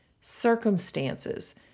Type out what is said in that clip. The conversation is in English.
circumstances